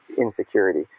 insecurity